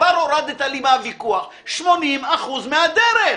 כבר הורדת לי מהוויכוח 80% מהדרך.